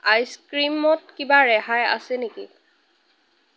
আইচক্ৰীমত কিবা ৰেহাই আছে নেকি